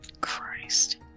christ